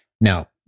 Now